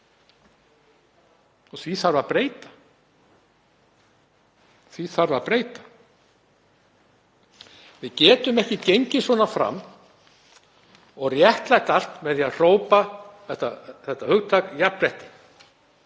skylda fyrir hendi og því þarf að breyta. Við getum ekki gengið svona fram og réttlætt allt með því að hrópa þetta hugtak jafnrétti.